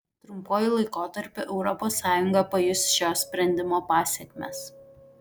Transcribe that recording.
trumpuoju laikotarpiu europos sąjunga pajus šio sprendimo pasekmes